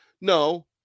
No